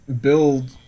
build